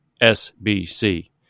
S-B-C